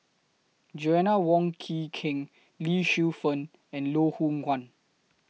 Joanna Wong Quee Keng Lee Shu Fen and Loh Hoong Kwan